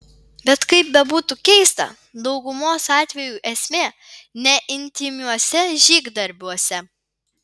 bet kaip bebūtų keista daugumos atvejų esmė ne intymiuose žygdarbiuose